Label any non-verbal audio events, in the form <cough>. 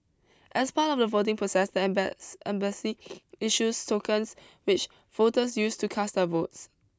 as part of the voting process the <unintelligible> embassy issues tokens which voters use to cast their votes